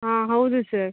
ಹಾಂ ಹೌದು ಸರ್